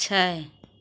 छः